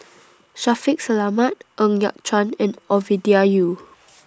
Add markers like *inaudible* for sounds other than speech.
*noise* Shaffiq Selamat Ng Yat Chuan and Ovidia Yu *noise*